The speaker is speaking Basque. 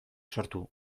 sortu